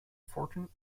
fortune